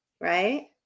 right